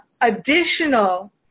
additional